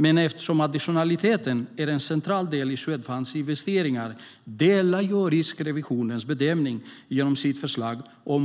Men eftersom additionaliteten är en central del i Swedfunds investeringar delar jag Riksrevisionens bedömning